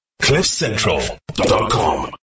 cliffcentral.com